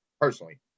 personally